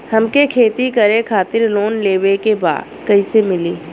हमके खेती करे खातिर लोन लेवे के बा कइसे मिली?